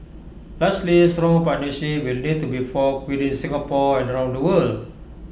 lastly strong partnerships will need to be forged within Singapore and around the world